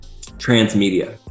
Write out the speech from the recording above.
transmedia